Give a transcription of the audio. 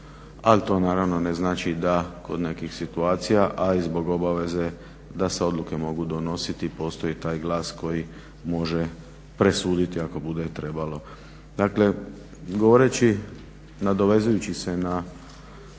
ali to naravno ne znači da od nekih situacija, a i zbog obaveze da se odluke mogu donositi. Postoji taj glas koji može presuditi ako bude trebalo. Dakle, govoreći, nadovezujući se na